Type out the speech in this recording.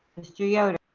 mr. yoder?